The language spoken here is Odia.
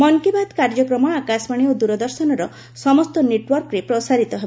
ମନକି ବାତ କାର୍ଯ୍ୟକ୍ରମ ଆକାଶବାଣୀ ଓ ଦୂରଦର୍ଶନର ସମସ୍ତ ନେଟୱାର୍କରେ ପ୍ରସାରିତ ହେବ